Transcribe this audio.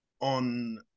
on